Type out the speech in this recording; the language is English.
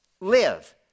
live